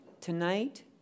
tonight